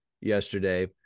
yesterday